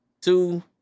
two